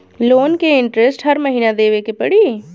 Loan के interest हर महीना देवे के पड़ी?